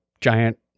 giant